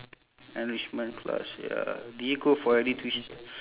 enrichment class ya did you go for any tuition